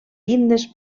llindes